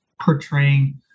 portraying